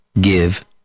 give